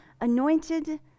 anointed